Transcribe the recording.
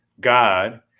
God